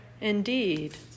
indeed